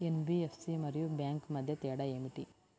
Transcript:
NBFC మరియు bank మధ్య తేడా ఏమిటి?